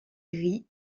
gris